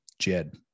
Jed